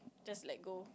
just let go